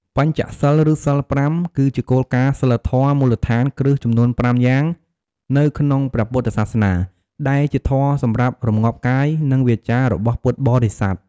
បញ្ចសីល ឬ សីល ៥ គឺជាគោលការណ៍សីលធម៌មូលដ្ឋានគ្រឹះចំនួនប្រាំយ៉ាងនៅក្នុងព្រះពុទ្ធសាសនា ដែលជាធម៌សម្រាប់ រម្ងាប់កាយ និងវាចា របស់ពុទ្ធបរិស័ទ។